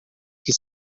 que